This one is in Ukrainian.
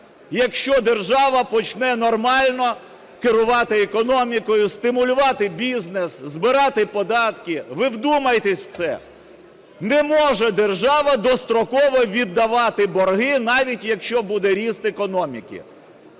якщо держава почне нормально керувати економікою, стимулювати бізнес, збирати податки. Ви вдумайтесь в це: не може держава достроково віддавати борги, навіть якщо буде ріст економіки.